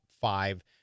five